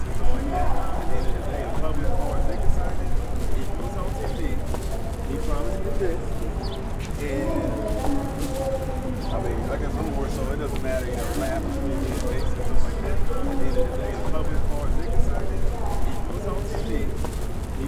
Eneo kubwa lililoharibiwa au la makazi duni lenye takataka nyingi na uchafu uliotawanyika kila mahali. Udongo unaonekana kuwa vumbi na hauna mimea nyingi. Kuna vitu vingi vilivyotupwa chini ikiwemo nguo, plastiki na vipande vya vifaa vya ujenzi.